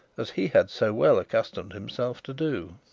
as he had so well accustomed himself to do.